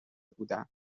بودم